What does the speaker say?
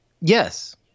Yes